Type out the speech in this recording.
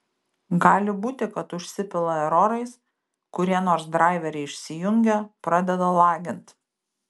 gali būti kad užsipila erorais kurie nors draiveriai išsijungia pradeda lagint